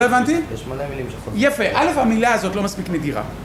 לא הבנתי. יש מלא מילים שחוזרות. א', המילה הזאת לא מספיק נדירה.